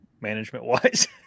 management-wise